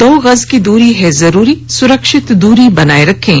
दो गज की दूरी है जरूरी सुरक्षित दूरी बनाए रखें